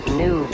new